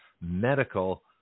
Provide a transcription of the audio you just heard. medical